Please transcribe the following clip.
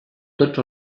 tots